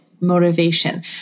motivation